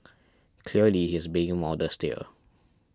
clearly he's being modest here